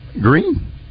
Green